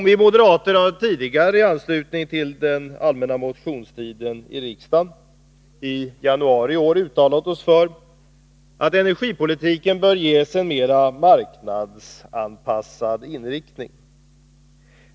Vi moderater har tidigare under den allmänna motionstiden i januari i år uttalat oss för att energipolitiken bör ges en mera marknadsanpassad inriktning.